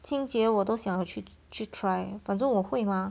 清洁我都想要去去 try 反正我会 mah